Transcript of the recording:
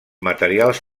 materials